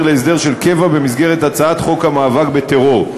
להסדר של קבע במסגרת הצעת חוק המאבק בטרור.